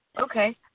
okay